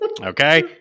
Okay